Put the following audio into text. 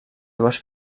dues